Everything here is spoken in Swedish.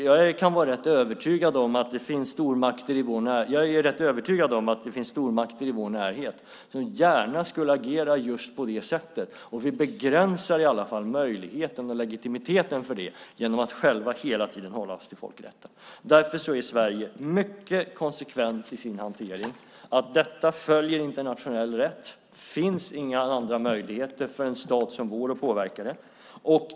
Jag är rätt övertygad om att det finns stormakter i vår närhet som gärna skulle agera just på det sättet, och vi begränsar i alla fall möjligheten och legitimiteten för det genom att själva hela tiden hålla oss till folkrätten. Därför är Sverige mycket konsekvent i sin hantering att detta följer internationell rätt. Det finns inga andra möjligheter för en stat som vår att påverka detta.